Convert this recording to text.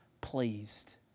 pleased